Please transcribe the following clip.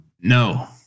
no